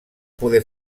poder